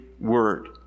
word